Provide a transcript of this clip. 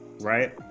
right